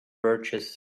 birches